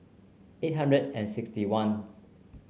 eight hundred and sixty one